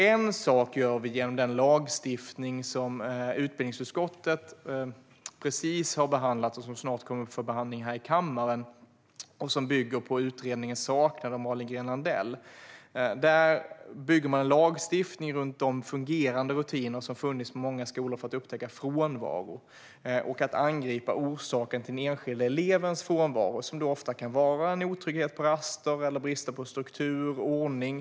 En sak gör vi genom den lagstiftning som utbildningsutskottet precis har behandlat och som snart kommer upp för behandling här i kammaren. Den bygger på utredningen Saknad! av Malin Gren Landell. Lagstiftningen byggs runt de fungerande rutiner som funnits på många skolor för att upptäcka frånvaro och angripa orsaken till den enskilde elevens frånvaro. Det kan handla om otrygghet på raster eller brist på struktur och ordning.